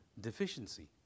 deficiency